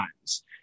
times